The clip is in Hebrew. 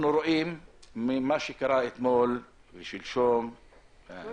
אנחנו רואים ממה שקרה אתמול ושלשום אני